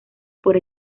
por